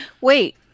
Wait